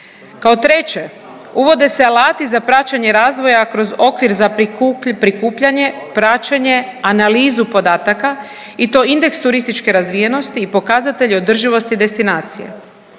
Kao treće, uvode se alati za praćenje razvoja kroz okvir za prikupljanje, praćenje, analizu podataka i to indeks turističke razvijenosti i pokazatelj održivosti destinacije.